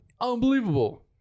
unbelievable